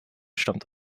stammt